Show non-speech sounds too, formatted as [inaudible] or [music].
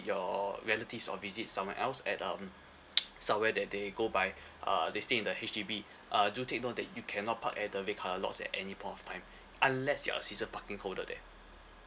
your relatives or visit somewhere else at um [noise] somewhere that they go by uh they stay in the H_D_B uh do take note that you cannot park at the red colour lots at any point of time unless you're a season parking holder there